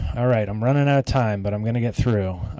all right. i'm running out of time but i'm going to get through.